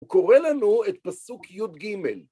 הוא קורא לנו את פסוק י"ג.